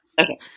okay